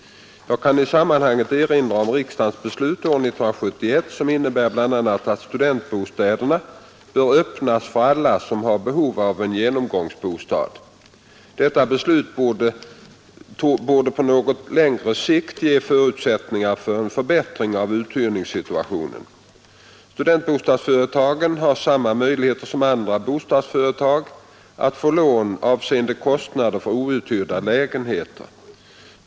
Jag kan i sammanhanget erinra om riksdagens beslut år 1971, som innebär bl.a. att studentbostäderna bör öppnas för alla som har behov av en genomgångsbostad. Detta beslut borde på något längre sikt ge förutsättningar för en förbättring av uthyrningssituationen. Studentbostadsföretag har samma möjligheter som andra bostadsföretag att få lån avseende kostnader för outhyrda lägenheter.